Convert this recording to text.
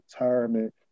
retirement